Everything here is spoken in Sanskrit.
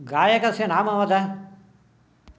गायकस्य नाम वद